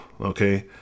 Okay